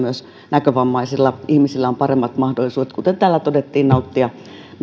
näkövammaisilla ihmisillä on paremmat mahdollisuudet kuten täällä todettiin nauttia